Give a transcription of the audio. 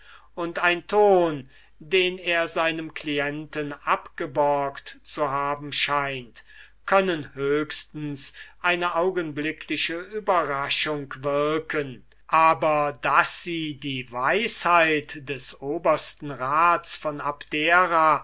und ein ton den er seinem clienten abgeborgt zu haben scheint können höchstens eine augenblickliche überraschung wirken aber daß sie die weisheit des obersten rats von abdera